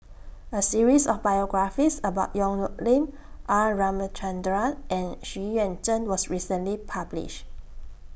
A series of biographies about Yong Nyuk Lin R Ramachandran and Xu Yuan Zhen was recently published